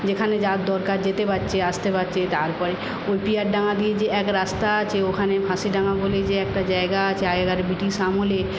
যেখানে যার দরকার যেতে পারছে আসতে পারছে তারপরে ওই পিয়ারডাঙ্গা দিয়ে যে এক রাস্তা আছে ওখানে হাসিডাঙ্গা বলে যে একটা জায়গা আছে আগেকার ব্রিটিশ আমলে